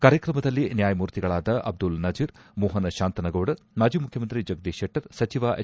ಕಾರ್ಯಕ್ರಮದಲ್ಲಿ ನ್ಯಾಯಮೂರ್ತಿಗಳಾದ ಅಬ್ದುಲ್ ನಜೀರ್ ಮೋಹನ ಶಾಂತನಗೌಡರ್ ಮಾಜಿ ಮುಖ್ಯಮಂತ್ರಿ ಜಗದೀಶ್ ಶೆಟ್ಟರ್ ಸಚಿವ ಹೆಚ್